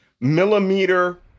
millimeter